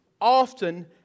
often